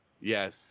Yes